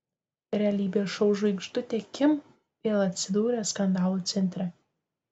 realybės šou žvaigždutė kim vėl atsidūrė skandalų centre